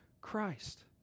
christ